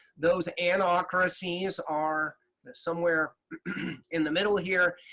those anocracies are somewhere in the middle here,